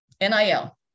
N-I-L